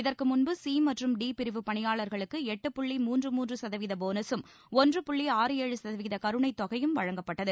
இதற்கு முன்பு சி மற்றும் டி பிரிவு பணியாளர்களுக்கு எட்டு புள்ளி மூன்று மூன்று சதவீத போனஸும் ஒன்று புள்ளி ஆறு ஏழு சதவீத கருணைத் தொகையும் வழங்கப்பட்டது